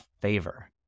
favor